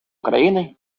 україни